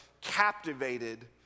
captivated